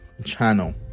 channel